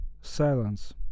silence